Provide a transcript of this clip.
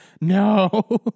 No